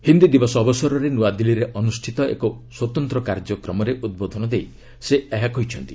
ହିନ୍ଦୀ ଦିବସ ଅବସରରେ ନୃଆଦିଲ୍ଲୀରେ ଅନୁଷ୍ଠିତ ଏକ ସ୍ୱତନ୍ତ କାର୍ଯ୍ୟକ୍ରମରେ ଉଦ୍ବୋଧନ ଦେଇ ସେ ଏହା କହିଛନ୍ତି